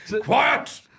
Quiet